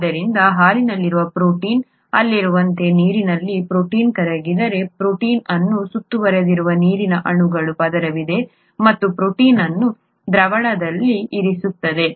ಆದ್ದರಿಂದ ಹಾಲಿನಲ್ಲಿರುವ ಪ್ರೊಟೀನ್ ಅಲ್ಲಿರುವಂತೆ ನೀರಿನಲ್ಲಿ ಪ್ರೋಟೀನ್ ಕರಗಿದರೆ ಪ್ರೋಟೀನ್ ಅನ್ನು ಸುತ್ತುವರೆದಿರುವ ನೀರಿನ ಅಣುಗಳ ಪದರವಿದೆ ಮತ್ತು ಪ್ರೋಟೀನ್ ಅನ್ನು ದ್ರಾವಣದಲ್ಲಿ ಇರಿಸುತ್ತದೆ